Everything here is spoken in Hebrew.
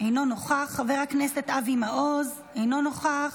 אינו נוכח, חבר הכנסת אבי מעוז, אינו נוכח,